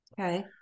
Okay